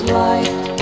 light